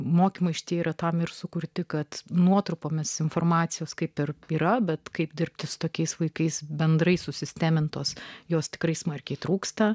mokymai šitie yra tam ir sukurti kad nuotrupomis informacijos kaip ir yra bet kaip dirbti su tokiais vaikais bendrai susistemintos jos tikrai smarkiai trūksta